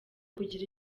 kugira